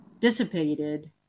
dissipated